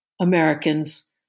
Americans